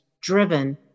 driven